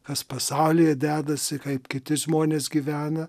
kas pasaulyje dedasi kaip kiti žmonės gyvena